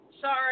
Sorry